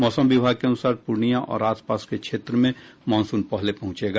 मौसम विभाग के अनुसार पूर्णियां और आसपास के क्षेत्र में मानसून पहले पहुंचेगा